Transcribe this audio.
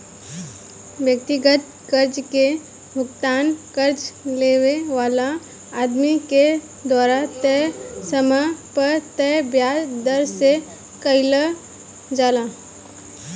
व्यक्तिगत कर्जा के भुगतान कर्जा लेवे वाला आदमी के द्वारा तय समय पर तय ब्याज दर से कईल जाला